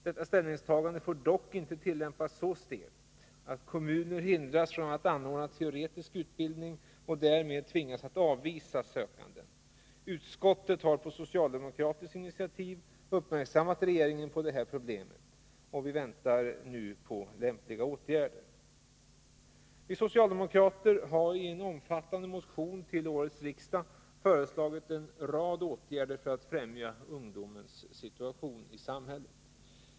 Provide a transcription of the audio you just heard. Detta ställningstagande får dock inte tillämpas så stelt att kommuner hindras från att anordna teoretisk utbildning och därmed tvingas att avvisa sökande. Utskottet har på socialdemokratiskt initiativ uppmärksammat regeringen på detta problem och väntar sig lämpliga åtgärder. Vi socialdemokrater har i en omfattande motion till årets riksdag föreslagit en rad åtgärder för att främja ungdomens situation i samhället.